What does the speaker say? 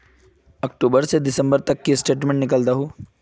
अक्टूबर से दिसंबर तक की स्टेटमेंट निकल दाहू?